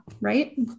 right